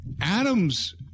Adams